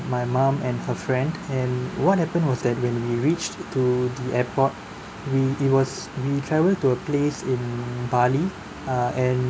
my mom and her friend and what happened was that when we reached to the airport we it was we travel to a place in bali uh and